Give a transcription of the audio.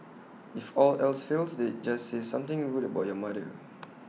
if all else fails they just say something rude about your mother